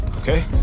Okay